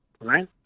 right